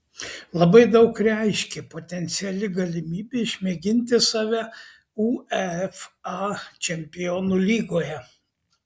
labai daug reiškė potenciali galimybė išmėginti save uefa čempionų lygoje